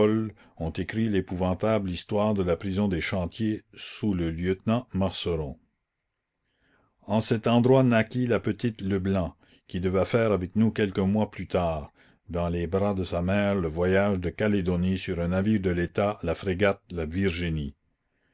ont écrit l'épouvantable histoire de la prison des chantiers sous le lieutenant marceron en cet endroit naquit la petite leblanc qui devait faire avec nous quelques mois plus tard dans les bras de sa mère le voyage de calédonie sur un navire de l'état la frégate la virginie